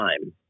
time